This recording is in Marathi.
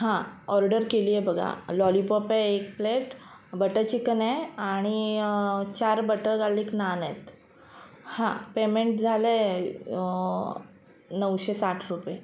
हां ऑर्डर केली आहे बघा लॉलीपॉप आहे एक प्लेट बटर चिकन आहे आणि चार बटर गालिक नान आहेत हां पेमेंट झालं आहे नऊशे साठ रुपये